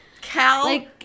Cal